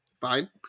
Fine